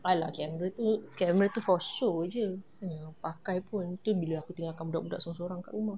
!alah! camera tu camera tu for show jer bukannya pakai pun bila aku tinggalkan budak-budak sorang-sorang kat rumah